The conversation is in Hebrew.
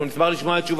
אבל בשבוע שעבר,